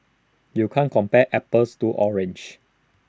you can't compare apples to oranges